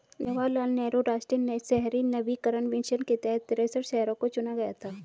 जवाहर लाल नेहरू राष्ट्रीय शहरी नवीकरण मिशन के तहत तिरेसठ शहरों को चुना गया था